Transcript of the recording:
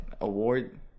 award